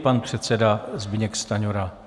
Pan předseda Zbyněk Stanjura.